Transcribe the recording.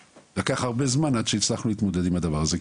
ולקח הרבה זמן עד שהצלחנו להתמודד עם הדבר הזה,